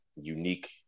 unique